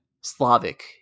Slavic